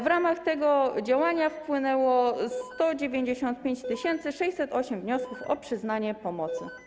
W ramach tego działania wpłynęło 195 608 wniosków o przyznanie pomocy.